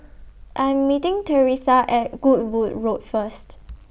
I Am meeting Teresa At Goodwood Road First